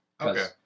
Okay